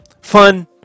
Fun